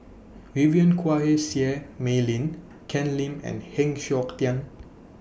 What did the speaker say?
Vivien Quahe Seah Mei Lin Ken Lim and Heng Siok Tian